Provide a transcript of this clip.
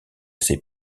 ses